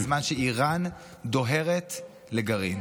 בזמן שאיראן דוהרת לגרעין.